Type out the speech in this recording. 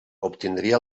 obtindria